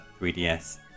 3DS